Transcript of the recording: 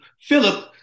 Philip